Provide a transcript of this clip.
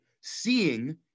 Seeing